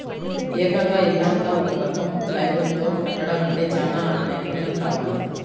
ఏకంగా ఇల్లంతా ఒక రకం ప్లైవుడ్ తో కట్టడమంటే చానా నైపున్నెం కావాలి